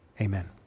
Amen